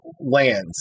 lands